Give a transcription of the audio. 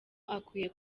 akwiye